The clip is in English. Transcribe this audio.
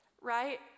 right